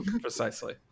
precisely